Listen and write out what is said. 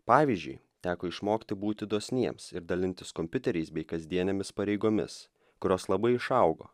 pavyzdžiui teko išmokti būti dosniems ir dalintis kompiuteriais bei kasdienėmis pareigomis kurios labai išaugo